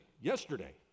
Yesterday